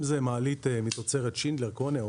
אם זו מעלית מתוצרת שינדלר, קונה,